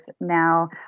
now